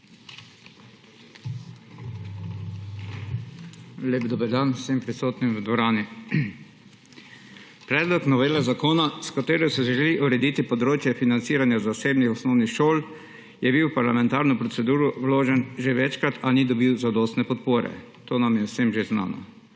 Lep dober dan vsem prisotnim v dvorani! Predlog novele zakona, s katero se želi urediti področje financiranja zasebnih osnovnih šol, je bil v parlamentarno proceduro vložen že večkrat, a ni dobil zadostne podpore, to nam je vsem že znano.